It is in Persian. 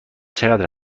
چقدر